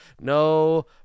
no